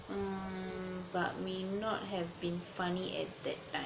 um but may not have been funny at that time